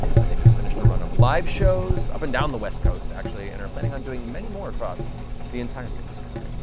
and they just finished a run of live shows, up and down the west coast, actually, and are planning on doing many more across the entirety of this country,